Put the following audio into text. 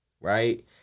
right